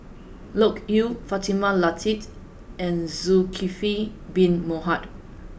Loke Yew Fatimah Lateef and Zulkifli bin Mohamed